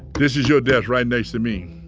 this is your desk right next to me.